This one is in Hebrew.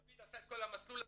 דוד עשה את כל המסלול הזה.